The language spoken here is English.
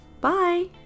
Bye